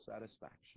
satisfaction